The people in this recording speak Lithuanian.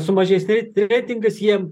su mažesniais reitingais jie